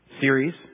series